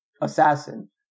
assassin